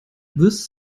this